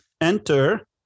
Enter